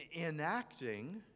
enacting